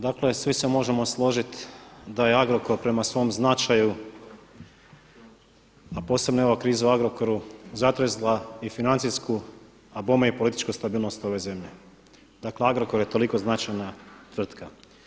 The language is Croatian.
Dakle svi se možemo složiti da je Agrokor prema svom značaju a posebno i ova kriza u Agrokoru zatresla i financijsku a bome i političku stabilnost ove zemlje, dakle Agrokor je toliko značajna tvrtka.